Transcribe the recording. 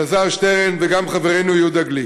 ואלעזר שטרן, וגם חברנו יהודה גליק.